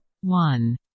One